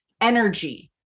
energy